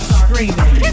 screaming